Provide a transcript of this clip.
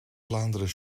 vlaanderen